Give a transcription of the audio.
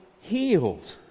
healed